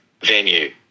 venue